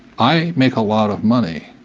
i make a lot of money,